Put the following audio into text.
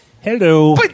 hello